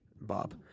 Bob